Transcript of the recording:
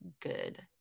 good